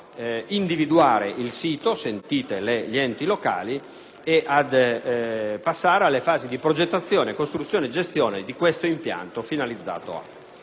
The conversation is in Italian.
a individuare il sito, sentiti gli enti locali, e a passare alle fasi di progettazione, costruzione e gestione di questo impianto finalizzato.